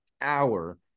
hour